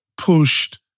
pushed